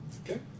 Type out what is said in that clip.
Okay